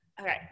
Okay